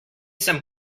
some